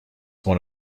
one